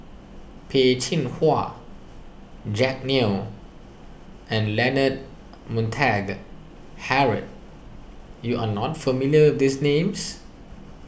Peh Chin Hua Jack Neo and Leonard Montague Harrod you are not familiar with these names